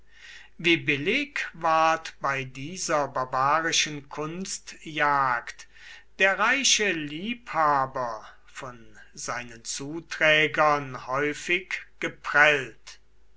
wie billig ward bei dieser barbarischen kunstjagd der reiche liebhaber von seinen zuträgern häufig geprellt